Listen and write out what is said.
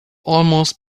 almost